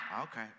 Okay